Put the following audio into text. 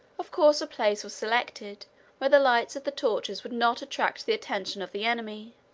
of course a place was selected where the lights of the torches would not attract the attention of the enemy,